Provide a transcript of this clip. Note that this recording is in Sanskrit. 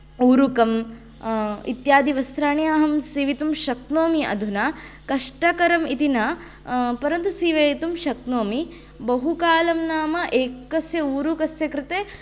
ऊरुकं इत्यादिवस्त्राणि सीवितुं अहं शक्नोमि अधुना कष्टकरमिति न परन्तु सीवयितुं शक्नोमि बहुकालं नाम एकस्य ऊरुकस्य कृते